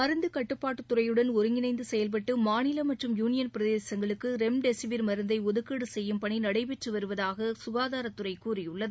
மருந்து கட்டுப்பாட்டு துறையுடன் ஒருங்கிணைந்து செயல்பட்டு மாநிலங்கள் மற்றும் யூனியன் பிரதேசங்களுக்கு ரெம் டெசிவிர் ஒதுக்கீடு செய்யும் பணி நடைபெறுவதாகவும் சுகாதாரத்துறை கூறியுள்ளது